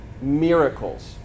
miracles